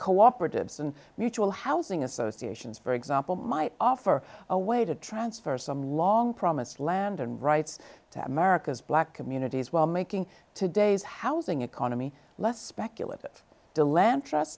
cooperatives and mutual housing associations for example might offer a way to transfer some long promised land and rights to america's black communities while making today's housing economy less speculative delenn trust